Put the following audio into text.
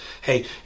hey